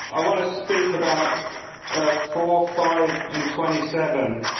i want to speak about four, five and twenty seven.